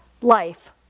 life